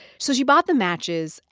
so she bought the matches,